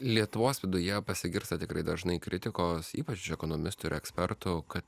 lietuvos viduje pasigirsta tikrai dažnai kritikos ypač ekonomistų ir ekspertų kad